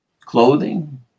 clothing